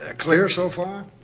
ah clear so far?